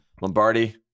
Lombardi